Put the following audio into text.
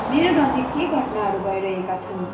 मेरो नजिक के घटनाहरू भइरहेका छन्